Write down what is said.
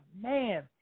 man